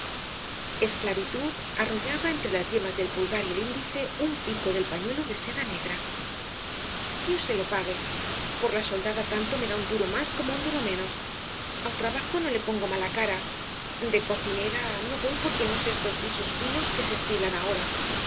esclavitud arrollaba entre las yemas del pulgar y el índice un pico del pañuelo de seda negra dios se lo pague por la soldada tanto me da un duro más como un duro menos al trabajo no le pongo mala cara de cocinera no voy porque no sé estos guisos finos que se estilan ahora